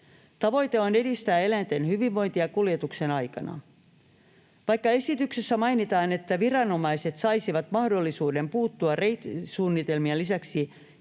Tavoite on edistää eläinten hyvinvointia kuljetuksen aikana. Vaikka esityksessä mainitaan, että viranomaiset saisivat mahdollisuuden puuttua reittisuunnitelmien lisäksi